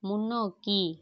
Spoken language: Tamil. முன்னோக்கி